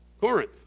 Corinth